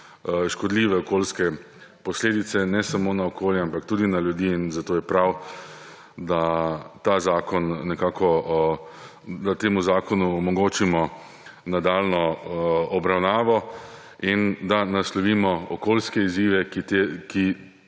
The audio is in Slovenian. škodljive okoljske posledice ne samo na okolje, ampak tudi na ljudi. Zato je prav, da temu zakonu omogočimo nadaljnjo obravnavo in da naslovimo okoljske izzive, ki